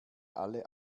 alle